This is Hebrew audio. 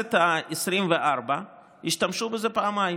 בכנסת העשרים-וארבע השתמשו בזה פעמיים: